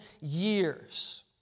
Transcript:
years